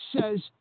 says